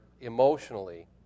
emotionally